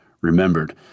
remembered